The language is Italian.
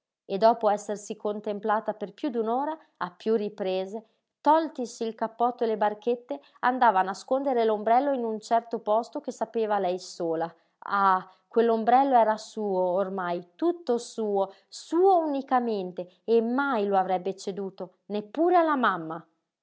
e dopo essersi contemplata per piú d'un'ora a piú riprese toltisi il cappotto e le barchette andava a nascondere l'ombrello in un certo posto che sapeva lei sola ah quell'ombrello era suo ormai tutto suo suo unicamente e mai lo avrebbe ceduto neppure alla mamma